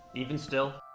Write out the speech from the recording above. even still.